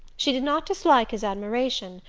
she did not dislike his admiration,